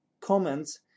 comments